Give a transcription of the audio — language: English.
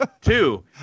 Two